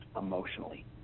emotionally